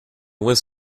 was